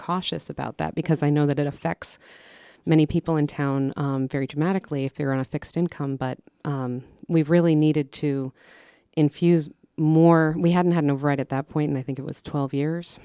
cautious about that because i know that it affects many people in town very dramatically if they're on a fixed income but we've really needed to infuse more we hadn't had no right at that point i think it was twelve years